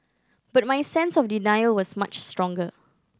but my sense of denial was much stronger